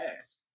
ask